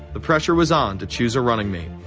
the pressure was on to choose a running mate.